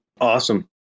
Awesome